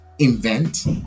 invent